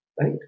right